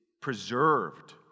preserved